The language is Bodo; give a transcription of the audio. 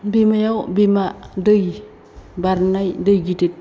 बिमायाव बिमा दै बारनाय दै गिदिद